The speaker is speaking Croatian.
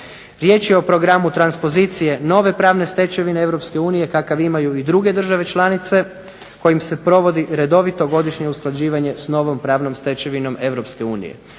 Riječ je o programu transpozicije nove pravne stečevine Europske unije kakav imaju i druge države članice kojim se provodi redovito godišnje usklađivanje s novom pravnom stečevinom